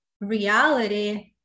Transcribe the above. reality